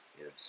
Yes